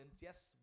Yes